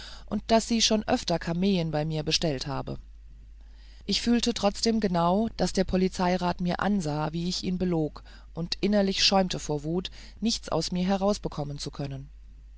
und daß sie schon öfter kameen bei mir bestellt habe ich fühlte trotzdem genau daß der polizeirat mir ansah wie ich ihn belog und innerlich schäumte vor wut nichts aus mir herausbekommen zu können